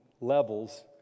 levels